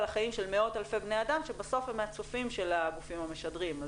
החיים של מאות אלפי בני אדם שבסוף הם הצופים של הגופים המשדרים.